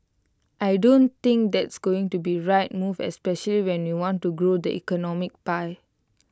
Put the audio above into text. I don't think that's going to be right move especially when we want to grow the economic pie